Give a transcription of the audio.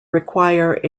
require